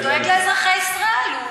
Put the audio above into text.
הוא דואג לאזרחי ישראל.